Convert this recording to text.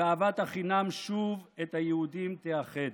ואהבת חינם שוב את היהודים תאחד.